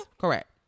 Correct